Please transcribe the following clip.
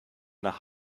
nach